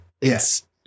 yes